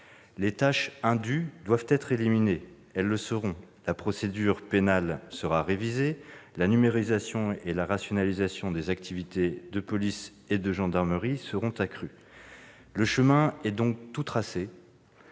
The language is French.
Les tâches indues doivent être éliminées ; elles le seront. La procédure pénale sera révisée. La numérisation et la rationalisation des activités de police et de gendarmerie seront accrues. Le chemin est donc tout tracé